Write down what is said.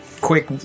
quick